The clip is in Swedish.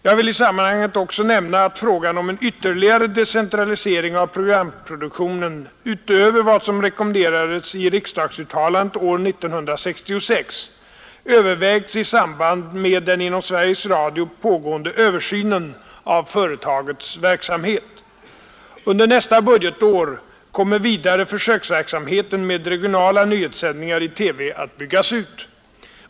Jag vill i sammanhanget också nämna att frågan om en ytterligare decentralisering av programproduktionen utöver vad som rekommenderades i riksdagsuttalandet år 1966 övervägs i samband med den inom Sveriges Radio pågående översynen av företagets verksamhet. Under nästa budgetår kommer vidare försöksverksamheten med regionala nyhetssändningar i TV att byggas ut.